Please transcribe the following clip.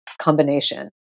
combination